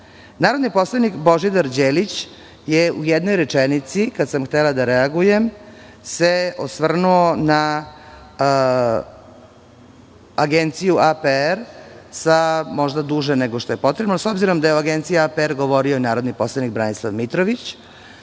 Narodni poslanik Božidar Đelić se u jednoj rečenici, kada sam htela da reagujem, osvrnuo na APR, možda duže nego što je potrebno, ali s obzirom da je o APR-u govorio narodni poslanik Branislav Mitrović,